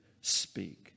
speak